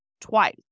twice